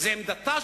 חבר הכנסת שי,